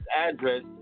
address